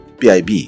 PIB